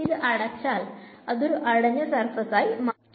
ഇത് അടച്ചാൽ ഇതൊരു അടഞ്ഞ സർഫേസ് ആയി മാറുന്നു